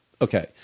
Okay